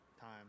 time